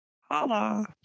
Holla